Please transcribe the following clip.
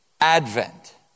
Advent